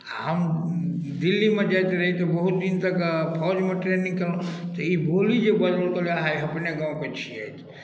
हम दिल्लीमे जाइत रही तऽ बहुत दिन तक फौजमे ट्रेनिंग कयलहुँ तऽ ई बोली जे बजलहुँ तऽ कहलकै हँ अपने गामेके छियथि